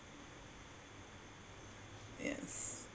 yes